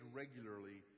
regularly